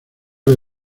del